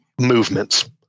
movements